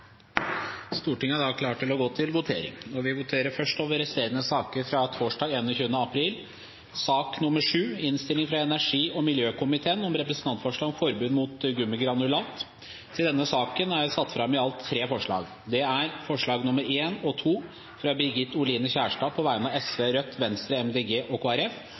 Stortinget klar til å gå til votering, og vi starter med resterende saker fra torsdag 21. april. Under debatten er det satt fram i alt tre forslag. Det er forslagene nr. 1 og 2, fra Birgit Oline Kjerstad på vegne av Sosialistisk Venstreparti, Rødt, Venstre, Miljøpartiet De Grønne og